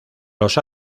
los